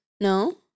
No